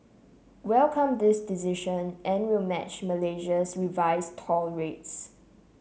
welcome this decision and will match Malaysia's revised toll rates